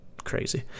crazy